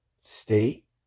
state